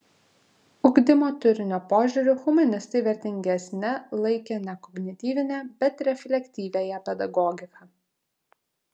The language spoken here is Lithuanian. ugdymo turinio požiūriu humanistai vertingesne laikė ne kognityvinę bet reflektyviąją pedagogiką